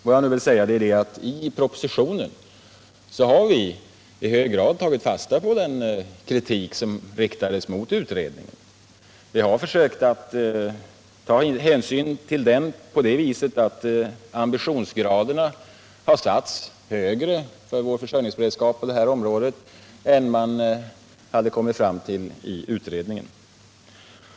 Vad jag nu vill säga är att vi i propositionen i hög grad tagit fasta på den kritik som riktats mot utredningen. Vi har försökt att ta hänsyn till den på det viset att ambitionsgraden har satts högre för vår försörjningsberedskap på det här området än man hade kommit fram till i utredningen.